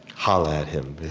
holler at him